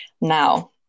Now